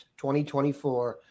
2024